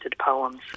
poems